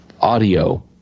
audio